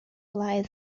lie